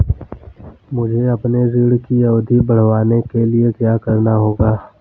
मुझे अपने ऋण की अवधि बढ़वाने के लिए क्या करना होगा?